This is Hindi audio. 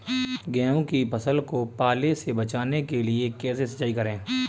गेहूँ की फसल को पाले से बचाने के लिए कैसे सिंचाई करें?